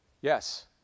Yes